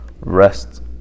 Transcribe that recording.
rest